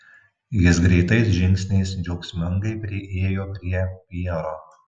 jis greitais žingsniais džiaugsmingai priėjo prie pjero